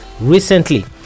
recently